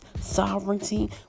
sovereignty